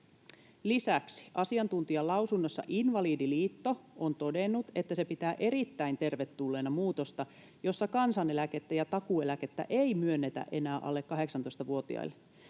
Lisäksi asiantuntijalausunnossa Invalidiliitto on todennut, että se pitää erittäin tervetulleena muutosta, jossa kansaneläkettä ja takuueläkettä ei myönnetä enää alle 18-vuotiaille.